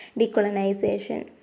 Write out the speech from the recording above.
decolonization